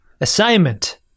Assignment